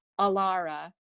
Alara